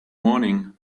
morning